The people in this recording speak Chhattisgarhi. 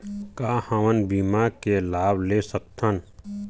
का हमन बीमा के लाभ ले सकथन?